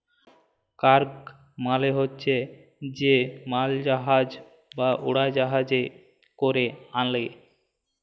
cargo মালে হছে যে মালজাহাজ বা উড়জাহাজে ক্যরে আলে